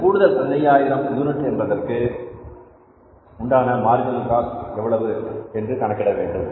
இந்த கூடுதல் 15000 யூனிட் என்பதற்கு உண்டான மார்ஜினல் காஸ்ட் எவ்வளவு என்று கணக்கிட வேண்டும்